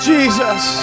Jesus